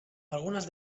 algunes